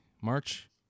March